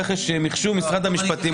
רכש מיחשוב במשרד המשפטים.